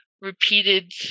repeated